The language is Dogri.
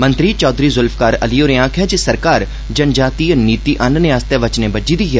मंत्री चौधरी जुल्फिकार अली होरें आक्खेआ जे सरकार जन जातीय नीति आनने आस्तै बचने बज्झी दी ऐ